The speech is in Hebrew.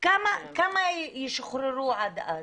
כמה ישוחררו עד אז?